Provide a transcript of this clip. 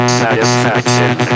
satisfaction